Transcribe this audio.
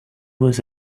was